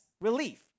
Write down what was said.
relief